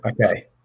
Okay